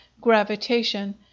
Gravitation